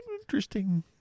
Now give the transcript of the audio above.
Interesting